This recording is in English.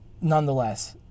nonetheless